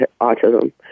autism